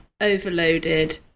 overloaded